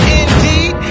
indeed